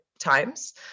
times